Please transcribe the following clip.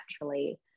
naturally